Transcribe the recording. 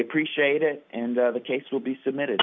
appreciate it and the case will be submitted